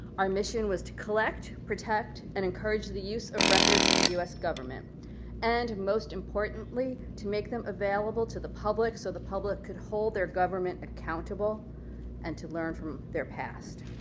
our mission was to collect, protect, and encourage the use of records and the u s. government and most importantly importantly to make them available to the public so the public could hold their government accountable and to learn from their past.